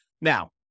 Now